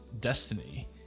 destiny